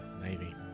navy